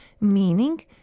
meaning